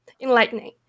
enlightening